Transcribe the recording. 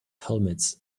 helmets